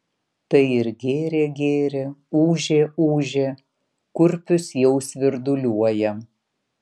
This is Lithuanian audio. tai ir gėrė gėrė ūžė ūžė kurpius jau svirduliuoja